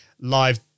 Live